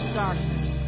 darkness